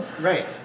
right